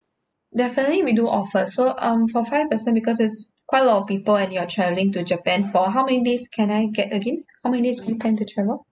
definitely we do offer so um for five person because it's quite a lot of people and you're travelling to japan for how many days can I get again how many days you plan to travel